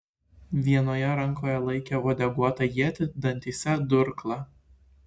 vienoje rankoje laikė uodeguotą ietį dantyse durklą